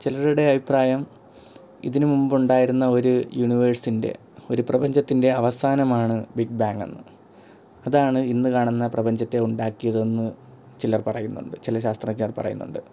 ചിലരുടെ അഭിപ്രായം ഇതിന് മുമ്പുണ്ടായിരുന്ന ഒരു യൂണിവേഴ്സിൻ്റെ ഒരു പ്രപഞ്ചത്തിൻ്റെ അവസാനമാണ് ബിഗ് ബാങ്കെന്ന് അതാണ് ഇന്ന് കാണുന്ന പ്രപഞ്ചത്തെ ഉണ്ടാക്കിയതെന്ന് ചിലർ പറയുന്നുണ്ട് ചില ശാസ്ത്രജ്ഞർ പറയുന്നുണ്ട്